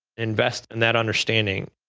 invest in that understanding,